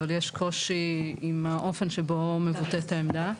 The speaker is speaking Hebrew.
אבל יש קושי עם האופן שבו מבוטאת העמדה.